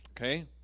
Okay